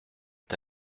est